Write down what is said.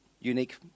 unique